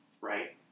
right